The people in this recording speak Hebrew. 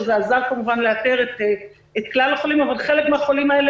שעזרו לאתר את כלל החולים.